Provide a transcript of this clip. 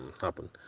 happen